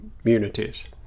communities